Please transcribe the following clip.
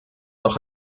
noch